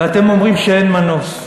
ואתם אומרים שאין מנוס,